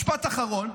משפט אחרון.